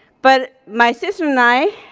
but my sister and i,